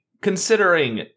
considering